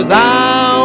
Thou